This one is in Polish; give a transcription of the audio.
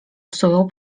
psują